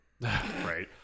Right